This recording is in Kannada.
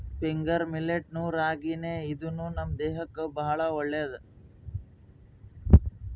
ಫಿಂಗರ್ ಮಿಲ್ಲೆಟ್ ನು ರಾಗಿನೇ ಇದೂನು ನಮ್ ದೇಹಕ್ಕ್ ಭಾಳ್ ಒಳ್ಳೇದ್